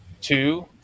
two